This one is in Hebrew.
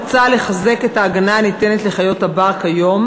מוצע לחזק את ההגנה הניתנת לחיות הבר כיום